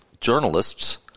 journalists